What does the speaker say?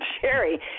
Sherry